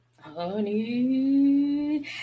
Honey